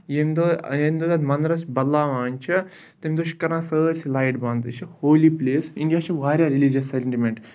ییٚمہِ دۄہ ییٚمہِ دۄہ تَتھ مَنٛدرَس بَدلاوان چھِ تمہِ دۄہ چھِ کَران سٲرسٕے لایٹ بَنٛد یہِ چھِ ہولی پٕلیس اِنڈیا چھِ واریاہ ریٚلِجَس سٮ۪نٹِمٮ۪نٛٹ